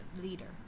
leader